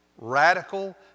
radical